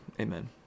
Amen